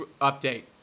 update